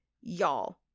y'all